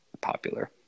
popular